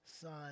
son